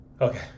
okay